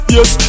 Yes